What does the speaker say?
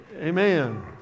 Amen